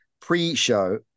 pre-show